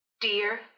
Dear